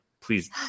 Please